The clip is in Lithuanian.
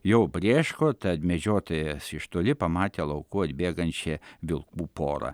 jau brėško tad medžiotojas iš toli pamatė lauku atbėgančią vilkų porą